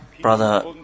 Brother